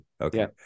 Okay